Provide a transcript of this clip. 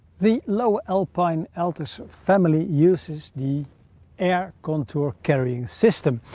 the lowe alpine altus family uses the air-contour carrying system.